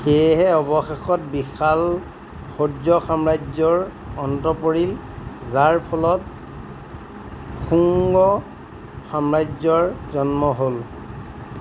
সেয়েহে অৱশেষত বিশাল সৌৰ্য সাম্ৰাজ্যৰ অন্ত পৰিল যাৰ ফলত শুঙ্গ সাম্ৰাজ্যৰ জন্ম হ'ল